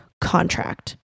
contract